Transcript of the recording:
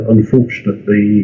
Unfortunately